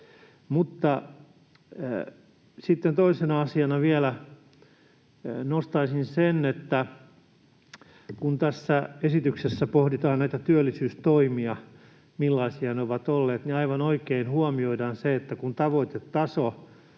toisena asiana vielä nostaisin sen, että kun tässä esityksessä pohditaan näitä työllisyystoimia ja sitä, millaisia ne ovat olleet, niin aivan oikein huomioidaan se, että kun tavoitetaso